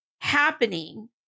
happening